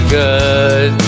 good